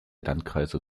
landkreise